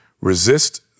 resist